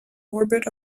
orbit